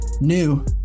new